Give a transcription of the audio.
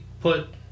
put